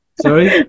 sorry